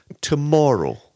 Tomorrow